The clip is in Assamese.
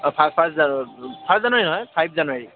অঁ ফা ফাৰ্ষ্ট জানুৱা ফাৰ্ষ্ট জানুৱাৰী হয় ফাইভ জানুৱাৰী